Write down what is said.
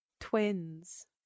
twins